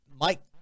Mike